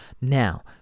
Now